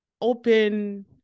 open